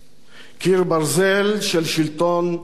קיר ברזל של שלטון החוק,